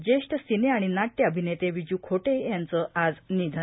ज्येष्ठ सिने आणि नाट्य अभिनेते विज्ञ खोटे यांचं आज निधन